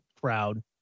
crowd